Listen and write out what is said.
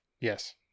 yes